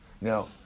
Now